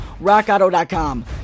RockAuto.com